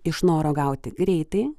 iš noro gauti greitai